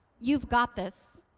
you've got this,